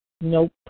Nope